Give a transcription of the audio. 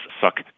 suck